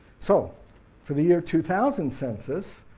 so for the year two thousand census,